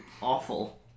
Awful